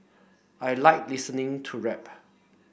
I like listening to rap